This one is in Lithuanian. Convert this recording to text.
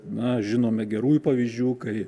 na žinome gerųjų pavyzdžių kai